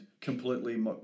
completely